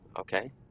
okay